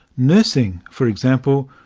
nursing, for example,